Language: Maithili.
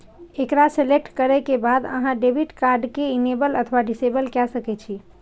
एकरा सेलेक्ट करै के बाद अहां डेबिट कार्ड कें इनेबल अथवा डिसेबल कए सकै छी